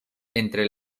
entre